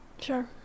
Sure